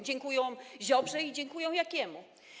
Dziękują Ziobrze i dziękują Jakiemu.